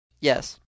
Yes